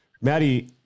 Maddie